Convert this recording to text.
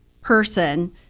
person